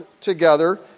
together